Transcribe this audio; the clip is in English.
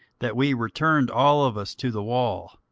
that we returned all of us to the wall,